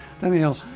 Daniel